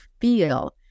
feel